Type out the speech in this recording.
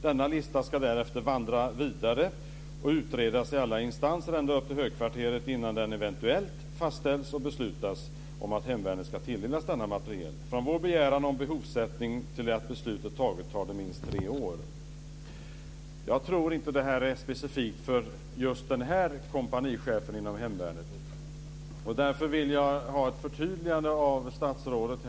Denna lista ska därefter vandra vidare och utredas i alla instanser ända upp till högkvarteret, innan det eventuellt fastställs och beslutas om att hemvärnet ska tilldelas denna materiel. Från vår begäran om behovsättning till det att beslutet tagits tar det minst tre år. Jag tror inte att detta är specifikt för just denna kompanichef inom hemvärnet. Därför vill jag ha ett förtydligande av statsrådet.